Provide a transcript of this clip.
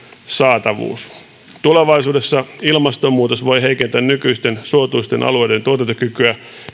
saatavuus tulevaisuudessa ilmastonmuutos voi heikentää nykyisten suotuisten alueiden tuotantokykyä